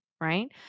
right